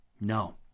no